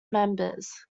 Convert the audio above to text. members